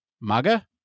Maga